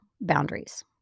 boundaries